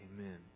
Amen